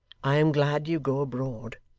i am glad you go abroad.